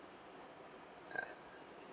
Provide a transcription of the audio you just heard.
ya